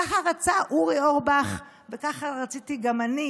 כך רצה אורי אורבך וכך רציתי גם אני,